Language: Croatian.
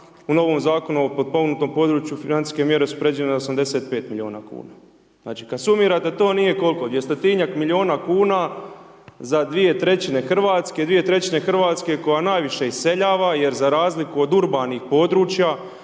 u novom Zakonu o potpomognutom području financijske mjere su predviđene na 85 milijuna kuna. Znači kad sumirate to, nije koliko, 200-tinjak milijuna kuna za 2/3 Hrvatske, 2/3 Hrvatske koja najviše iseljava jer za razliku od urbanih područja,